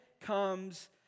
comes